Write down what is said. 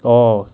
orh